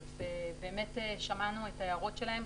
ובאמת שמענו את ההערות שלהם.